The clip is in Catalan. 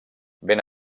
ben